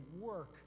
work